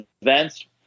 events